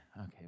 Okay